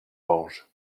orge